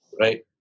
right